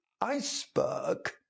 iceberg